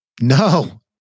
no